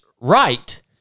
right